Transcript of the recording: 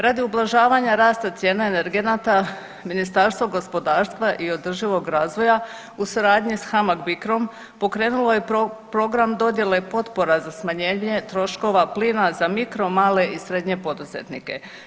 Radi ublažavanja rasta cijena energenata Ministarstvo gospodarstva o održivog razvoja u suradnji s HAMAG BICROM pokrenulo je program dodjele potpora za smanjenje troškova plina za mikro, male i srednje poduzetnike.